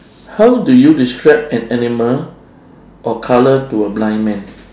how do you describe an animal or colour to a blind man